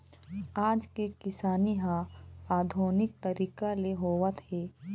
आज के किसानी ह आधुनिक तरीका ले होवत हे